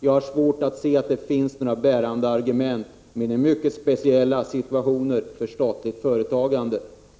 Jag har svårt att se att det finns några bärande argument mer än i mycket speciella situationer för statligt företagande.